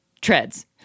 Treads